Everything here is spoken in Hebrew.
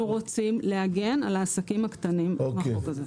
אנחנו רוצים להגן על העסקים הקטנים בחוק הזה.